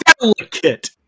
delicate